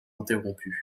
interrompus